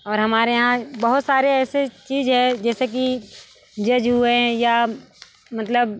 और हमारे यहाँ बहुत सारे ऐसे चीज है जैसे कि जज हुए या मतलब